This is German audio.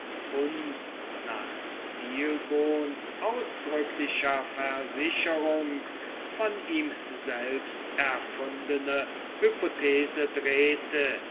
und nach stilbons ausdrücklicher versicherung von ihm selbst erfundene hypothese drehte